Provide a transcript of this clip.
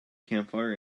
campfire